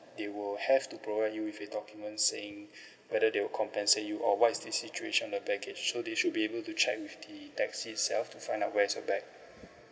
they will have to provide you with a document saying whether they will compensate you or what is the situation of the baggage so they should be able to check with the taxi itself to find out where's your bag